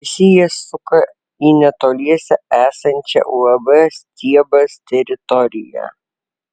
visi jie suka į netoliese esančią uab stiebas teritoriją